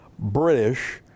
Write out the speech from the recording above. British